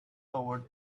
toward